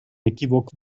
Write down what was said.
inequívoc